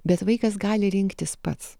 bet vaikas gali rinktis pats